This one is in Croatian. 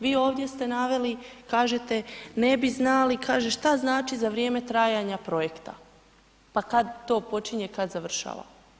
Vi ovdje ste naveli, kažete, ne bi znali, kaže, što znači za vrijeme trajanja projekta, pa kad to počinje, kad završava.